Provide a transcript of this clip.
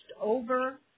over